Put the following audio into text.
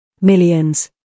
millions